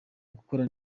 gukora